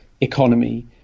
economy